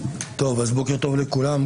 בוקר טוב לכולם.